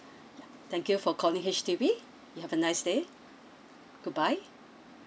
ya thank you for calling H_D_B you have a nice day goodbye